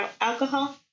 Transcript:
alcohol